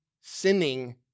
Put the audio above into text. sinning